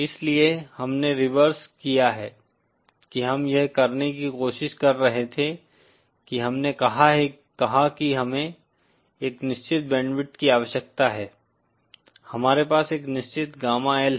इसलिए हमने रिवर्स किया है कि हम यह करने की कोशिश कर रहे थे कि हमने कहा कि हमें एक निश्चित बैंडविड्थ की आवश्यकता है हमारे पास एक निश्चित गामा L है